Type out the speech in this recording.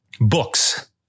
Books